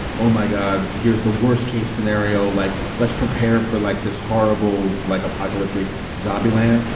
oh, my god, here's the worst case scenario. like, let's prepare for like this horrible, like apocalyptic zombie land.